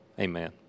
Amen